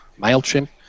MailChimp